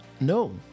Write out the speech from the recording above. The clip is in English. no